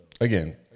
again